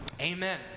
Amen